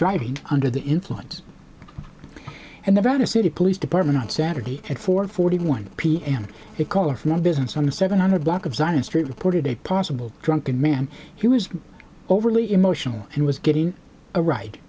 driving under the influence and the other city police department on saturday at four forty one pm a caller from a business on the seven hundred block of zion street reported a possible drunken man he was overly emotional and was getting a ride